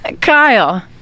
Kyle